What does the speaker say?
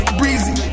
breezy